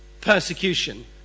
persecution